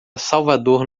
salvador